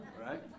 right